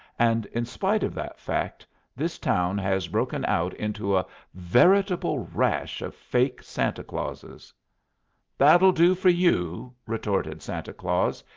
and in spite of that fact this town has broken out into a veritable rash of fake santa clauses that'll do for you! retorted santa claus.